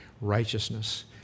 righteousness